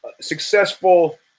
successful